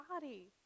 body